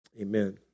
Amen